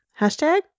hashtag